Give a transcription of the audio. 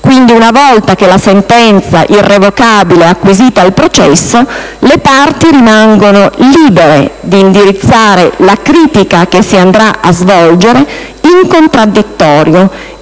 Quindi, una volta che la sentenza irrevocabile è acquisita al processo, le parti rimangono libere di indirizzare la critica che si andrà a svolgere in contraddittorio